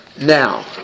now